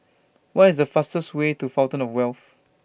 What IS The fastest Way to Fountain of Wealth